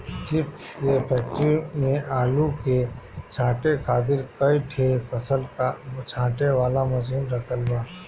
chips के factory में आलू के छांटे खातिर कई ठे फसल छांटे वाला मशीन रखल बा